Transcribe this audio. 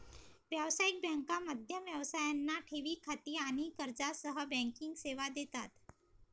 व्यावसायिक बँका मध्यम व्यवसायांना ठेवी खाती आणि कर्जासह बँकिंग सेवा देतात